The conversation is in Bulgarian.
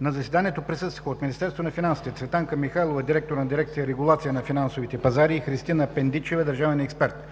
На заседанието присъстваха: от Министерството на финансите: Цветанка Михайлова – директор на дирекция „Регулация на финансовите пазари“, и Христина Пендичева – държавен експерт;